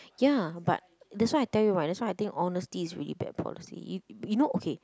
ya but that's why I tell you right that's why I think honesty is really bad policy you you know okay